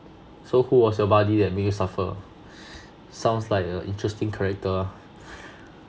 so who was your buddy that make you suffer sounds like a interesting character ah